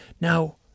Now